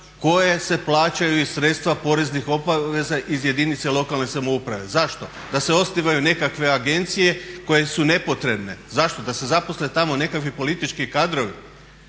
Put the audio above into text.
koje se plaćaju iz sredstava poreznih obveznika iz jedinice lokalne samouprave. Zašto? Da se osnivaju nekakve agencije koje su nepotrebne. Zašto? Da se zaposle tamo nekakvi politički kadrovi.